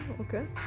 okay